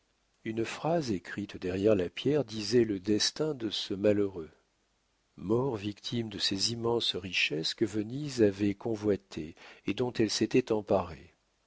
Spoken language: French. une phrase écrite derrière la pierre disait le destin de ce malheureux mort victime de ses immenses richesses que venise avait convoitées et dont elle s'était emparée